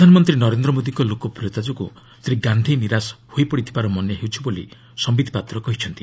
ପ୍ରଧାନମନ୍ତ୍ରୀ ନରେନ୍ଦ୍ର ମୋଦିଙ୍କ ଲୋକପ୍ରିୟତା ଯୋଗୁଁ ଶ୍ରୀ ଗାନ୍ଧି ନିରାଶ ହୋଇପଡ଼ିଥିବାର ମନେ ହେଉଛି ବୋଲି ସମ୍ଭିତ୍ ପାତ୍ର କହିଛନ୍ତି